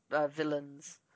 villains